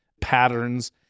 patterns